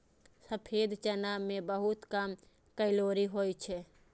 सफेद चना मे बहुत कम कैलोरी होइ छै